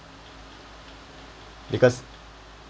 because